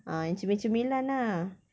ah yang cemil-cemilan ah